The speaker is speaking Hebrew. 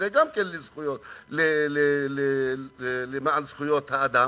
שגם הוא פועל למען זכויות האדם.